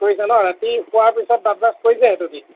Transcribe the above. কৰিছে ন' ৰাতি শুৱাৰ পিছত কৰিছে দাঁত ব্ৰাছ সেইটো দি